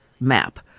map